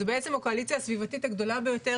זו בעצם הקואליציה הסביבתית הגדולה ביותר